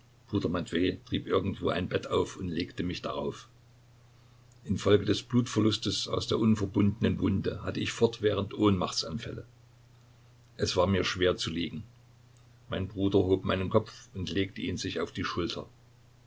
matwej trieb irgendwo ein bett auf und legte mich darauf infolge des blutverlustes aus der unverbundenen wunde hatte ich fortwährend ohnmachtsanfälle es war mir schwer zu liegen mein bruder hob meinen kopf und legte ihn sich auf die schulter